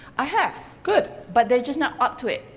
i have. good. but they're just not up to it.